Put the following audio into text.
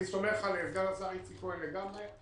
אני סומך על סגן השר יצחק כהן לגמרי.